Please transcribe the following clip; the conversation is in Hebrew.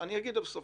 אני אגיד בסוף,